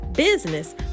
business